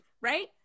right